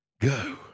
go